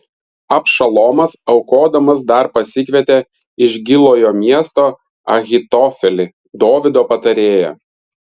abšalomas aukodamas dar pasikvietė iš gilojo miesto ahitofelį dovydo patarėją